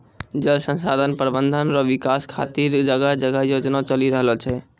जल संसाधन प्रबंधन रो विकास खातीर जगह जगह योजना चलि रहलो छै